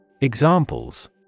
Examples